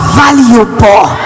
valuable